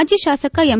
ಮಾಜಿ ಶಾಸಕ ಎಂ